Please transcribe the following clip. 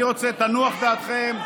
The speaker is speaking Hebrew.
אני רוצה שתנוח דעתכם,